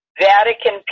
Vatican